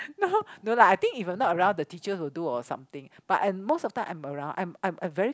no lah I think if I'm not around the teachers will do or something but I most of the time I'm around I'm I'm I'm very